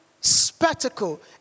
spectacle